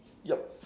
yup